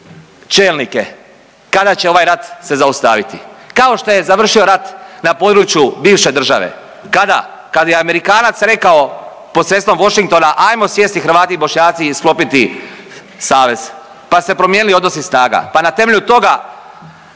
čelnike kada će ovaj rat se zaustaviti, kao što je završio rat na području bivše države. Kada? Kad je Amerikanac rekao posredstvom Washingtona ajmo sjesti Hrvati i Bošnjaci i sklopiti savez, pa su se promijenili odnosi snaga, pa na temelju toga